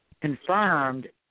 confirmed